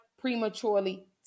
prematurely